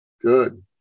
Good